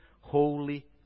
holy